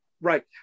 Right